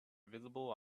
visible